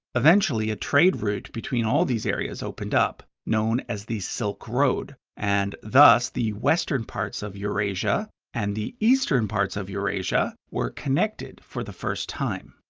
eventually, a trade route between all these areas opened up, up, known as the silk road, and thus the western parts of eurasia and the eastern parts of eurasia were connected for the first time.